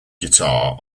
guitar